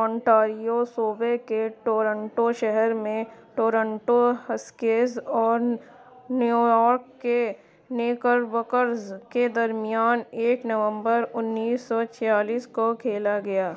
Ontario صوبے کے Toronto شہر میں ٹورنٹو ہسکیز آن نیویارک کے نیکربکرز کے درمیان ایک نومبر انیس سو چھیالیس کو کھیلا گیا